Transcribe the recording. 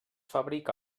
fabrica